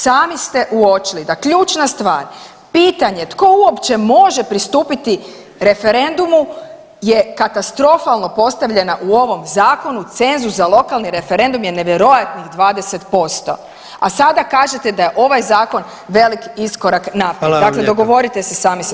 Sami ste uočili da ključna stvar pitanje tko uopće može pristupiti referendumu je katastrofalno postavljena u ovom zakonu, cenzus za lokalni referendum je nevjerojatnih 20%, a sada kažete da je ovaj zakon velik iskorak naprijed [[Upadica predsjednik: Hvala lijepo.]] dakle, dogovorite se sami sa